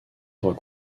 trois